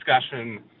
discussion